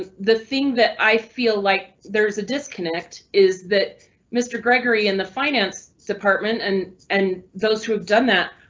the thing that i feel like there's a disconnect is that mr. gregory in the finance department an and and those who have done that.